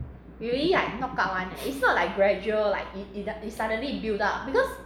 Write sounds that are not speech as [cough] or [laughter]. [laughs]